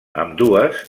ambdues